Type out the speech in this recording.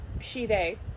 she-they